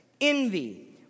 Envy